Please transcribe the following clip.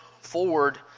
forward